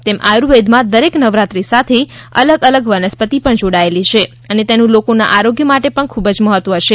તેમ આયુર્વેદ માં દરેક નવરાત્રી સાથે અલગ અલગ વનસ્પતિ પણ જોડાયેલી છે અને તેનું લોકોના આરોગ્ય માટે પણ ખુબ જ મહત્વ છે